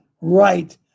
right